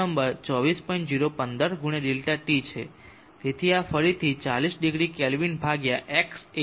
તેથી આ ફરીથી 40o કેલ્વીન ભાગ્યા Xએ 0